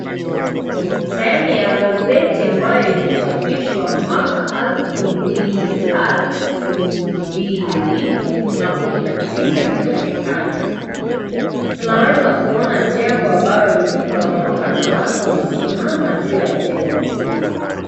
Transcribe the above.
Sehemu ya gazeti ambayo ilichapishwa mwaka elfu mbili na kumi na tisa inaonekana. Tunaweza kuona jengo ambalo limeporomoka na watu wamesimama juu ya jengo hilo.